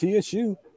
tsu